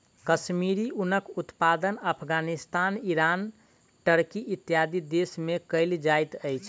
कश्मीरी ऊनक उत्पादन Afghanistan, Iran, Turkey, इत्यादि देश में कयल जाइत अछि